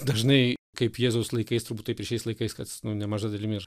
dažnai kaip jėzaus laikais turbūt taip ir šiais laikais kas nu nemaža dalimi ir